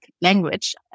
language